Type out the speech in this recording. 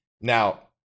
Now